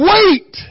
Wait